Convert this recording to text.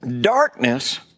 darkness